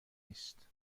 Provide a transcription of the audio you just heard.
نیست